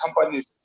companies